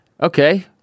Okay